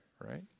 right